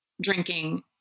drinking